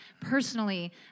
personally